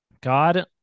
God